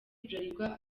bralirwa